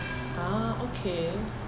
ah okay